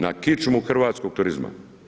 Na kičmu hrvatskog turizma.